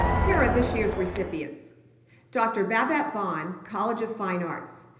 here are this year's recipients dr. babette bohn, college of fine arts,